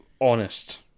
honest